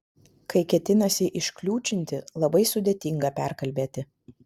kai ketinasi iškliūčinti labai sudėtinga perkalbėti